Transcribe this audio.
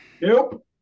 Nope